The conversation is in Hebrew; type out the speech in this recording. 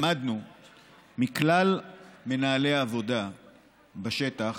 למדנו מכלל מנהלי העבודה בשטח